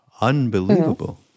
unbelievable